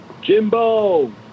Jimbo